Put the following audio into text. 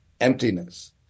emptiness